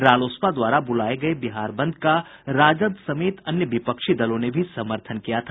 रालोसपा द्वारा बुलाये गये बिहार बंद का राजद समेत अन्य विपक्षी दलों ने भी समर्थन किया था